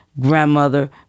grandmother